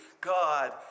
God